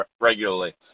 regularly